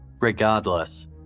Regardless